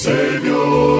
Savior